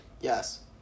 Yes